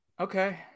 Okay